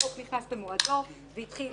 החוק נכנס במועדו והתחיל